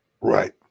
right